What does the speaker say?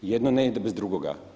Jedno ne ide bez drugoga.